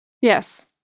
yes